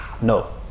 No